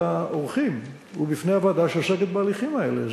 העורכים ובפני הוועדה שעוסקת בהליכים האלה.